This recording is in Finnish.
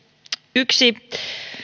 yksi